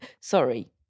Sorry